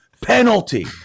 penalty